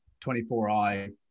24i